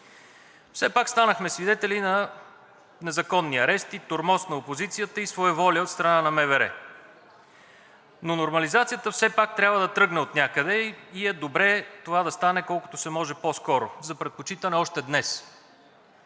все пак станахме свидетели на незаконни арести, тормоз на опозицията и своеволия от страна на МВР, но нормализацията трябва все пак да тръгне отнякъде и е добре това да стане колкото се може по-скоро – за предпочитане още днес.